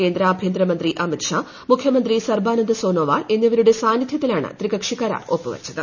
കേന്ദ്ര ആഭ്യന്തരമന്ത്രി അമിത് ഷാ മുഖ്യമന്ത്രി സർബാനന്ദ സോണോവാൾ എന്നിവരുടെ സാന്നിധ്യത്തിലാണ് ത്രികക്ഷി കരാർ ഒപ്പുവച്ചത്